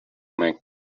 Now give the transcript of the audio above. make